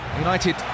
United